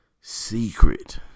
secret